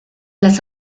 las